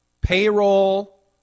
payroll